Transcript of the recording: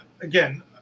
again